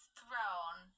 throne